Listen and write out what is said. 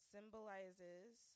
symbolizes